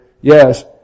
yes